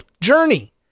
journey